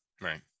Right